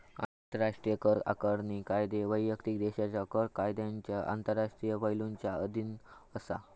आंतराष्ट्रीय कर आकारणी कायदे वैयक्तिक देशाच्या कर कायद्यांच्या आंतरराष्ट्रीय पैलुंच्या अधीन असा